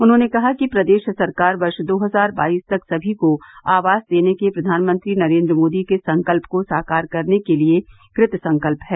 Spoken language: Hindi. उन्होंने कहा कि प्रदेश सरकार वर्ष दो हजार बाईस तक सभी को आवास देने के प्रधानमंत्री नरेंद्र मोदी के संकल्प को साकार करने के लिए कृतसंकल्प है